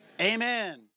amen